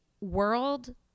world